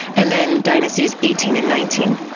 and then dynasties eighteen and nineteen.